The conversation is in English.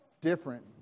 different